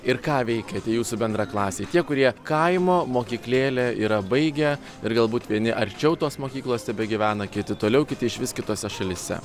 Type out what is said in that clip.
ir ką veikia tie jūsų bendraklasiai tie kurie kaimo mokyklėlę yra baigę ir galbūt vieni arčiau tos mokyklos tebegyvena kiti toliau kiti išvis kitose šalyse